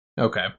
Okay